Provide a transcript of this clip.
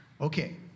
Okay